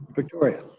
victoria.